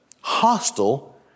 hostile